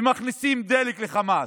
ומכניסים דלק לחמאס.